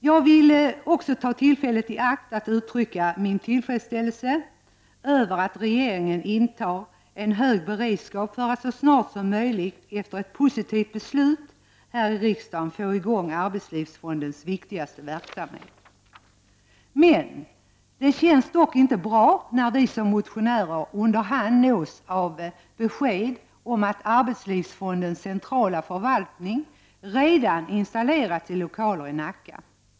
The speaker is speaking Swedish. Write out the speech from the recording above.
Jag vill också ta tillfället i akt att uttrycka min tillfredsställelse över att regeringen intar en hög beredskap för att så snart som möjligt efter ett positivt beslut här i riksdagen få i gång arbetslivsfondens viktiga verksamhet. Det känns dock inte bra när vi som motionärer under hand nås av besked om att arbetslivsfondens centrala förvaltning redan installerats i lokaler i Nacka.